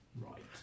Right